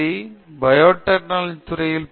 நான் பயோடெக்னாலஜி துறையில் பி